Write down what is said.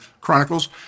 Chronicles